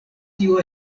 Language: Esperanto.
tio